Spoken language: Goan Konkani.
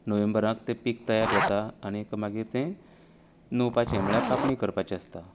नोव्हेंबरांक ते पीक तयार जाता आनीक मागीर तें लुवपाचे म्हळ्यार कापणी करपाची आसता